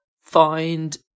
find